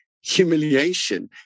humiliation